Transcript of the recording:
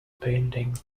painting